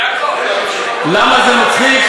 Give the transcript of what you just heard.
למה זה מצחיק?